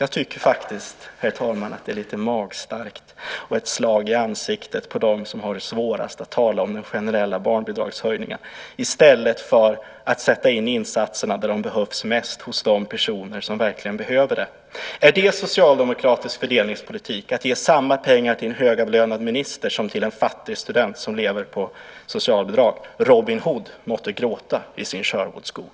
Jag tycker faktiskt att det är lite magstarkt och ett slag i ansiktet på dem som har det svårast att tala om den generella barnbidragshöjningen i stället för att sätta in insatserna där de behövs mest, för de personer som verkligen behöver det. Är det socialdemokratisk fördelningspolitik att ge samma pengar till en högavlönad minister som till en fattig student som lever på socialbidrag? Robin Hood måtte gråta i sin Sheerwoodskog.